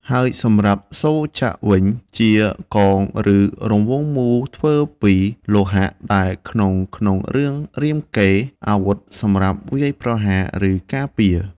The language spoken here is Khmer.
ហើយសម្រាប់សូរចកវិញជា កងឬរង្វង់មូល ធ្វើពីលោហៈ ដែលក្នុងក្នុងរឿងរាមកេរ្តិ៍ អាវុធសម្រាប់វាយប្រហារ ឬការពារ